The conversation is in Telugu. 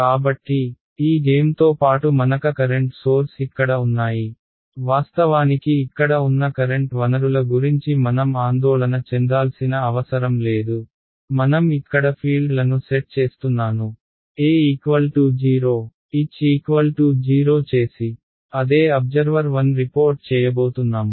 కాబట్టి ఈ గేమ్తో పాటు మనక కరెంట్ సోర్స్ ఇక్కడ ఉన్నాయి వాస్తవానికి ఇక్కడ ఉన్న కరెంట్ వనరుల గురించి మనం ఆందోళన చెందాల్సిన అవసరం లేదు మనం ఇక్కడ ఫీల్డ్లను సెట్ చేస్తున్నాను E0 H 0 చేసి అదే అబ్జర్వర్ 1 రిపోర్ట్ చేయబోతున్నాము